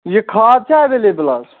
یہِ کھاد چھا ایویلیبٕل اَز